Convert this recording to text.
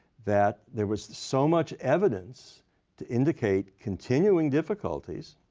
that there was so much evidence to indicate continuing difficulties